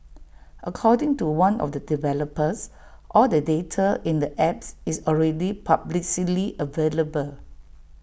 according to one of the developers all the data in the apps is already publicly available